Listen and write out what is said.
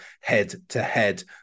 head-to-head